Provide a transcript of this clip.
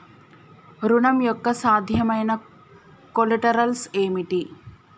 ఋణం యొక్క సాధ్యమైన కొలేటరల్స్ ఏమిటి?